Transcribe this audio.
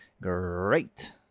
Great